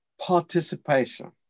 participation